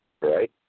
Right